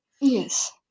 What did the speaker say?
yes